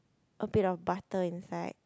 a bit of butter inside